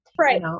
right